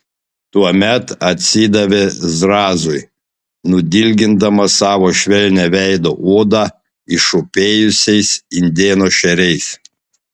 tuomet atsidavė zrazui nudilgindamas savo švelnią veido odą išopėjusiais indėno šeriais